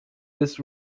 this